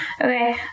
Okay